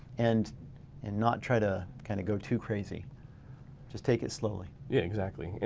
and and not try to kind of go too crazy just take it slowly. yeah exactly.